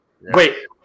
Wait